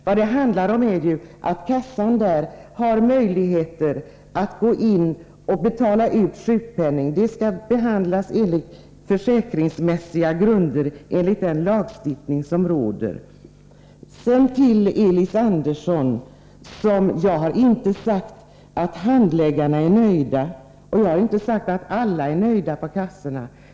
Vad det handlar om är att försäkringskassan har möjligheter att gå in och betala ut sjukpenning. Det skall göras på försäkringsmässiga grunder enligt den lagstiftning som råder. Sedan vill jag säga till Elis Andersson att jag inte har sagt att handläggarna på försäkringskassorna är nöjda eller att alla där är nöjda.